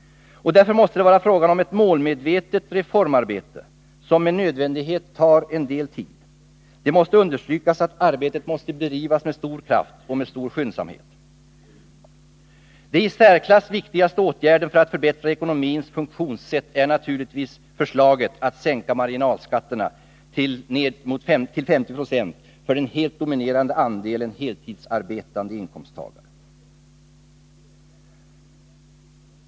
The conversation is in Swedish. Därför måste det vara fråga om ett målmedvetet reformarbete, som med nödvändighet tar en del tid. Jag vill understryka att arbetet måste bedrivas med stor kraft och skyndsamhet. Den i särklass viktigaste åtgärden för att förbättra ekonomins funktionssätt är naturligtvis förslaget att sänka marginalskatterna ned till 50 96 för den helt dominerande andelen heltidsarbetande inkomsttagare.